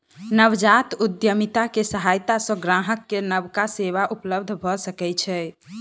नवजात उद्यमिता के सहायता सॅ ग्राहक के नबका सेवा उपलब्ध भ सकै छै